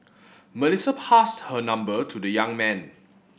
Melissa passed her number to the young man